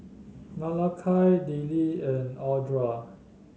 Malakai Dillie and Audra